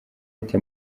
ati